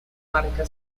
marca